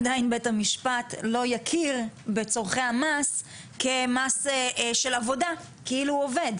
עדיין בית המשפט לא יכיר בצרכי המס כמס של עבודה כאילו הוא עובד,